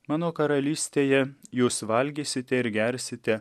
mano karalystėje jūs valgysite ir gersite